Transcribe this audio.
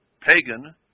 pagan